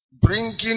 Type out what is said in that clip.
Bringing